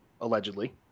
allegedly